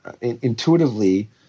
Intuitively